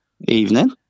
Evening